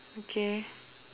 okay